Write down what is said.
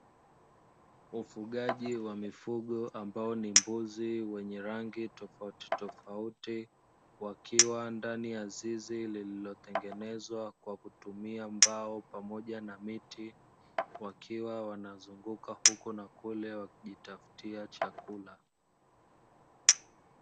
Ufugaji wa mifugo ambao ni mbuzi wenye rangi tofautitofauti, wakiwa ndani ya zizi lililotengenezwa kwa kutumia mbao pamoja na miti, wakiwa wanazunguka huku na kule wakijitafutia chakula.